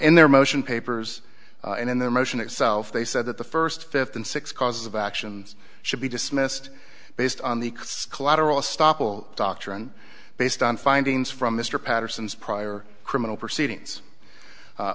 and their motion papers in their motion itself they said that the first fifth and sixth cause of action should be dismissed based on the collateral estoppel doctrine based on findings from mr patterson's prior criminal proceedings